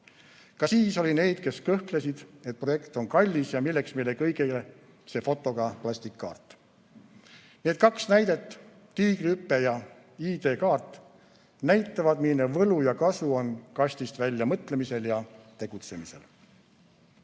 Ka siis oli neid, kes kõhklesid, et projekt on kallis ja milleks meile kõigile see fotoga plastikkaart. Need kaks näidet – Tiigrihüpe ja ID-kaart – näitavad, milline võlu ja kasu on kastist välja mõtlemisel ja tegutsemisel.